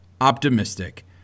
optimistic